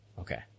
Okay